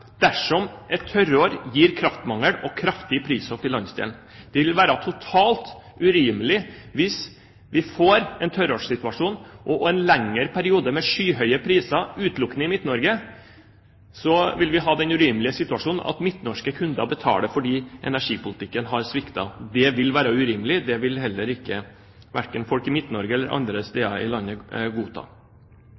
dersom et tørrår gir kraftmangel og kraftig prishopp i landsdelen. Det vil være totalt urimelig, hvis vi får en tørrårssituasjon og en lengre periode med skyhøye priser utelukkende i Midt-Norge, at midtnorske kunder skal betale for at energipolitikken har sviktet. Det vil være urimelig, og det vil heller ikke folk i Midt-Norge, eller andre